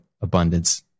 abundance